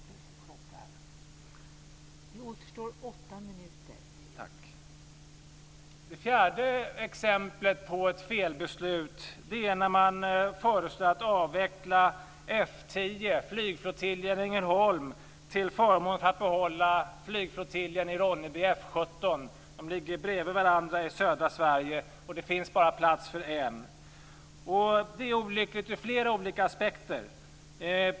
Det femte exemplet på ett felbeslut är att avveckla F 10, flygflottiljen i Ängelholm, för att i stället behålla flygflottiljen i Ronneby, F 17. De ligger bredvid varandra i södra Sverige, och det finns bara plats för en. Det är olyckligt ur flera olika aspekter.